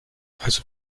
also